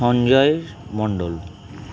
Sanjay Mondal